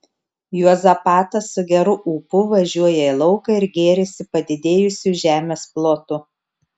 juozapatas su geru ūpu važiuoja į lauką ir gėrisi padidėjusiu žemės plotu